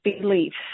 beliefs